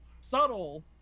subtle